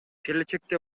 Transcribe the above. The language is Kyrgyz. келечекте